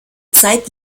zeit